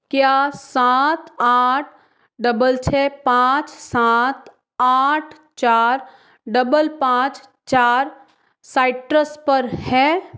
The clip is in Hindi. क्या सात आठ डबल छः पाँच सात आठ चार डबल पाँच चार साइट्रस पर है